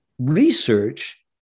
Research